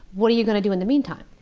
what are you going to do in the meantime?